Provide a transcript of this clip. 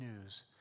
news